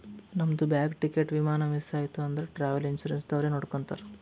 ನಮ್ದು bag, ticket, ವಿಮಾನ miss ಐಯ್ತ ಅಂದುರ್ ಟ್ರಾವೆಲ್ ಇನ್ಸೂರೆನ್ಸ್ ದವ್ರೆ ನೋಡ್ಕೊತ್ತಾರ್